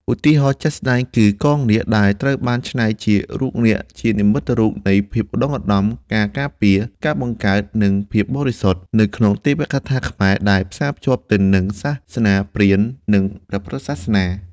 ឧទាហរណ៍ជាក់ស្តែងគឺ កងនាគ ដែលត្រូវបានច្នៃជារូបនាគជានិមិត្តរូបនៃ ភាពឧត្តុង្គឧត្តម ការការពារ ការបង្កើត និងភាពបរិសុទ្ធ នៅក្នុងទេវកថាខ្មែរ ដែលផ្សារភ្ជាប់ទៅនឹងសាសនាព្រាហ្មណ៍ និងព្រះពុទ្ធសាសនា។